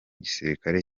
gisilikare